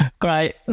great